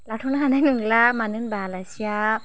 लाथ'नो हानाय नंला मानो होनबा आलासिया